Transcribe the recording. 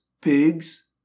pigs